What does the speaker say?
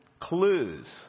clues